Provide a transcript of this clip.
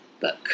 book